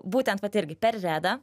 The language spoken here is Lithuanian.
būtent vat irgi per redą